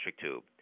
tube